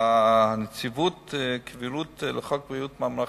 נציבות קבילות לחוק ביטוח בריאות ממלכתי,